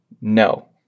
No